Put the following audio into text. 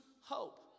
hope